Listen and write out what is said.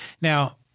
Now